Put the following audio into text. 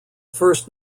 first